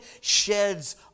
sheds